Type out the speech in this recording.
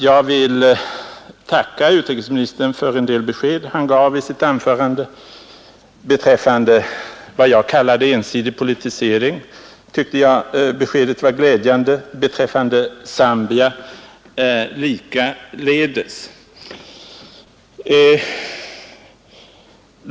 Jag vill tacka utrikesministern för en del besked som han gav i sitt anförande. Beträffande vad jag kallade ensidig politisering tycker jag att beskedet var glädjande. Beträffande Zambia likaledes.